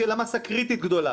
שתהיה לה מסה קריטית גדולה,